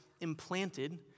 implanted